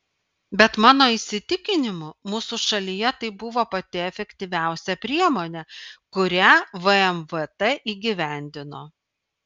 bet mano įsitikinimu mūsų šalyje tai buvo pati efektyviausia priemonė kurią vmvt įgyvendino